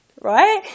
right